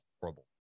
horrible